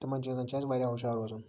تِمَن چیٖزَن چھُ اَسہِ واریاہ ہُشیار روزُن